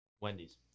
Wendy's